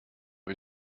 ich